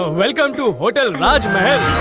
ah welcome to ah hotel raj mahal.